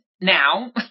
now